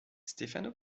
stefano